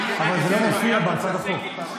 הוא מדבר על 2011. אבל זה לא מופיע בהצעת החוק.